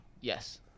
Yes